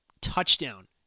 touchdown